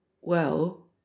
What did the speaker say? Well